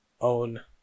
own